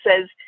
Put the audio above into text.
says